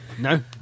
No